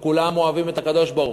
וכולם אוהבים את הקדוש-ברוך-הוא.